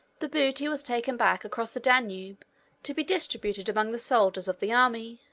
the booty was taken back across the danube to be distributed among the soldiers of the army.